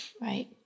Right